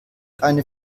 eine